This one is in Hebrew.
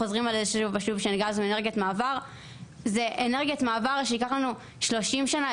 זה אנרגיית מעבר שייקח לנו 30 שנה,